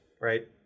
right